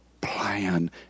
plan